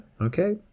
okay